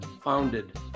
founded